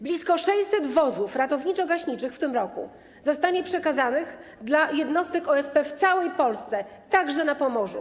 Blisko 600 wozów ratowniczo-gaśniczych w tym roku zostanie przekazanych dla jednostek OSP w całej Polsce, także na Pomorzu.